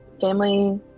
family